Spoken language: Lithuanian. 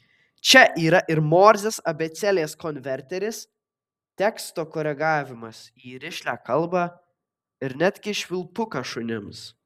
čia yra ir morzės abėcėlės konverteris teksto koregavimas į rišlią kalbą ir netgi švilpukas šunims